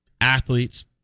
athletes